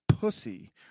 pussy